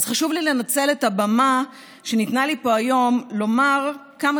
אז חשוב לי לנצל את הבמה שניתנה לי פה היום ולומר כמה